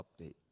update